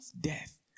death